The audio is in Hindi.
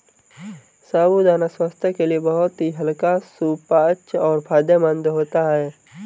साबूदाना स्वास्थ्य के लिए बहुत ही हल्का सुपाच्य और फायदेमंद होता है